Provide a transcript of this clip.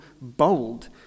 bold